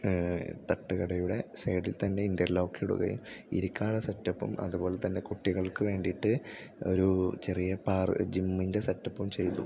തട്ടുകടയുടെ സൈഡിൽ തന്നെ ഇൻറ്റർലോക്കിടുകയും ഇരിക്കാനുള്ള സെറ്റപ്പും അതുപോലെ തന്നെ കുട്ടികൾക്ക് വേണ്ടിയിട്ട് ഒരു ചെറിയ പാർ ജിമ്മിൻ്റെ സെറ്റപ്പും ചെയ്തു